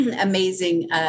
amazing